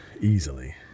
easily